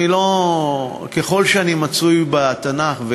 ככל שאני מצוי בתנ"ך,